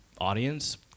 audience